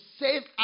save